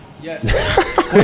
Yes